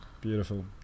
Beautiful